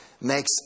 makes